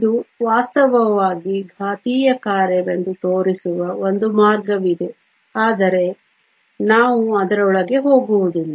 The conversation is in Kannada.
ಇದು ವಾಸ್ತವವಾಗಿ ಘಾತೀಯ ಕಾರ್ಯವೆಂದು ತೋರಿಸುವ ಒಂದು ಮಾರ್ಗವಿದೆ ಆದರೆ ನಾವು ಅದರೊಳಗೆ ಹೋಗುವುದಿಲ್ಲ